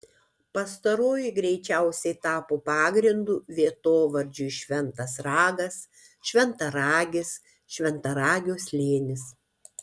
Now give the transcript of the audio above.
pastaroji greičiausiai tapo pagrindu vietovardžiui šventas ragas šventaragis šventaragio slėnis